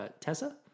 Tessa